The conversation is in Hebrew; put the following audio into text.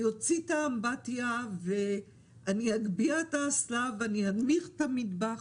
אוציא את האמבטיה ואני אגביה את האסלה ואני אנמיך את המטבח.